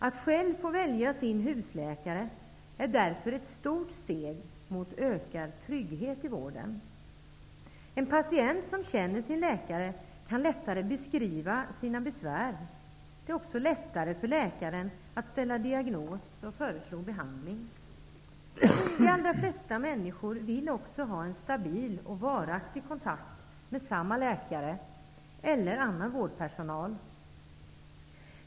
Att själv få välja sin husläkare är därför ett stort steg mot ökad trygghet i vården. En patient som känner sin läkare kan lättare beskriva sina besvär. Det är också lättare för läkaren att ställa diagnos och föreslå behandling. De allra flesta människor vill också ha en stabil och varaktig kontakt med samma läkare eller annan vårdpersonal.